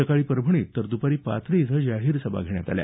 सकाळी परभणीत तर दपारी पाथरी इथं जाहीर सभा घेण्यात आल्या